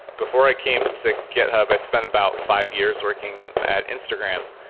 before i came to giithub, i spent about five years working at instagram,